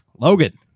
Logan